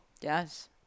Yes